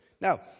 Now